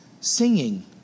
singing